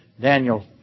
Daniel